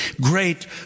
great